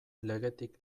legetik